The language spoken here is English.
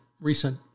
recent